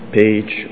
page